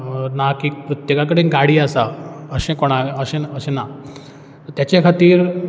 ना की एक प्रत्येका कडेन गाडी आसा अशें कोणाय अशें अशें ना तेचे खातीर